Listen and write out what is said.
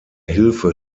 hilfe